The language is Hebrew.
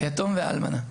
היתום והאלמנה,